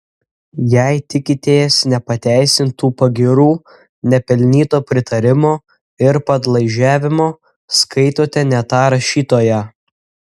jei tikitės nepateisintų pagyrų nepelnyto pritarimo ir padlaižiavimo skaitote ne tą rašytoją